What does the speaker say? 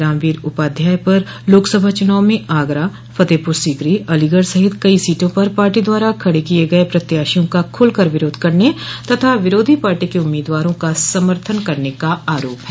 रामवीर उपाध्याय पर लोकसभा चुनाव में आगरा फतेहपुर सीकरी अलीगढ़ सहित कई सीटों पर पार्टी द्वारा खड़े किये गये प्रत्याशियों का खुल कर विरोध करने तथा विरोधी पार्टी के उम्मीदवारों का समर्थन करने का आरोप है